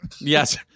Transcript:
Yes